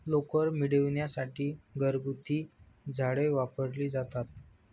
लोकर मिळविण्यासाठी घरगुती झाडे वापरली जातात